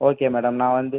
okay madam நான் வந்து